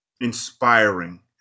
inspiring